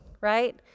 right